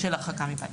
הרחקה מפניו.